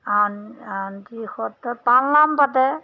আওন আউনীআটি সত্ৰত পালনাম পাতে